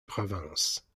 provence